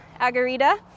agarita